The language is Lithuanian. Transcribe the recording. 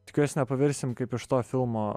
tikiuosi nepavirsim kaip iš to filmo